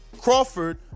Crawford